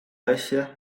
asja